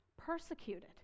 persecuted